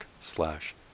slash